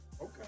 okay